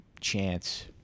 chance –